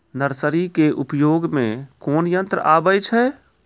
Nursery के उपयोग मे कोन यंत्र आबै छै?